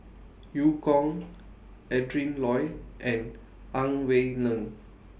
EU Kong Adrin Loi and Ang Wei Neng